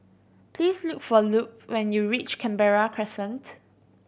please look for Lupe when you reach Canberra Crescent